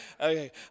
okay